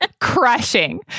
crushing